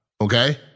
okay